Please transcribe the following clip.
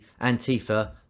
Antifa